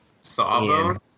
Sawbones